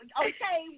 okay